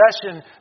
possession